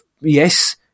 Yes